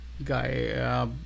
guy